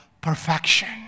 perfection